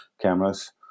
cameras